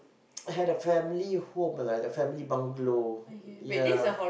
had a family home lah a family bungalow ya